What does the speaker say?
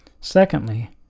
Secondly